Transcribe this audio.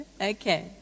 okay